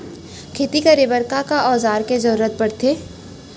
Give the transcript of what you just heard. खेती करे बर का का औज़ार के जरूरत पढ़थे?